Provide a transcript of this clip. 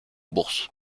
bourse